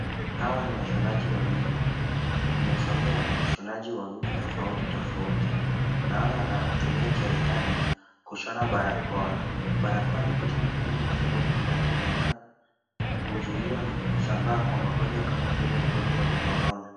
Hawa ni washonaji wawili, wameusomea ushonaji wa vitu tofauti tofauti. Naona wanatumia cherahani kushona barakoa. Barakoa ni kitu muhimu kwa sababu inatumika kuzuia kusambaa kwa magonjwa kama vile ugonjwa wa korona.